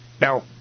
now